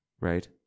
right